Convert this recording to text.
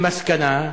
למסקנה,